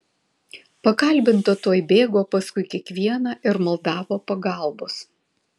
pakalbinta tuoj bėgo paskui kiekvieną ir maldavo pagalbos